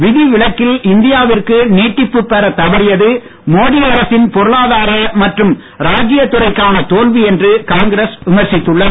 விதிவிலக்கில் இந்தியாவிற்கு நீட்டிப்பு பெறத் தவறியது மோடி அரசின் பொருளாதார மற்றும் ராஜீயத்துறைத் தோல்வி என்று காங்கிரஸ் விமர்சித்துள்ளது